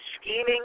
scheming